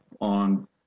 on